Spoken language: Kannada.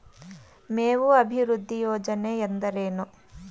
ಮೇವು ಅಭಿವೃದ್ಧಿ ಯೋಜನೆ ಎಂದರೇನು?